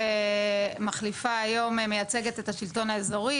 ומחליפה היום מייצגת את השלטון האזורי,